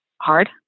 hard